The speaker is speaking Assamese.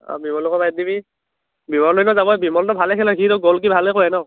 অঁ বিমলকো মাতি দিবি বিমলতো যাবই বিমলেতে ভালেই খেলে সি ইনেও ভালেই কৰে ন